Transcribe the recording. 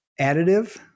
additive